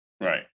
Right